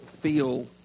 feel